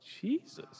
Jesus